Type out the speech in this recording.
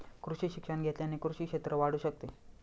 कृषी शिक्षण घेतल्याने कृषी क्षेत्र वाढू शकते